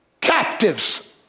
captives